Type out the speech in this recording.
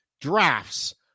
drafts